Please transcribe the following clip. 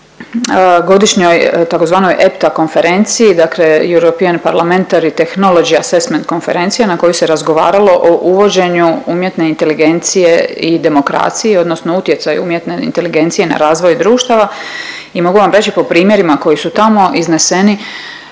godišnjoj tzv. EPTA konferenciji dakle European parliamentary i technology assessment konferencija na kojoj se razgovaralo o uvođenju umjetne inteligencije i demokraciji odnosno utjecaju umjetne inteligencije na razvoj društava i mogu vam reći po primjerima koji su tamo izneseni,